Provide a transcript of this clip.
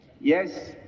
Yes